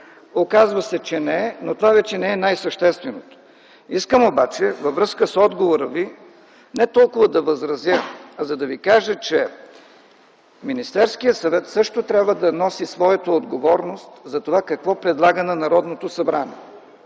Оказва се, че не е, но това вече не е най-същественото. Искам обаче във връзка с отговора Ви не толкова да възразя, а да Ви кажа, че Министерският съвет също трябва да носи своята отговорност за това какво предлага на Народното събрание.